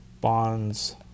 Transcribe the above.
bonds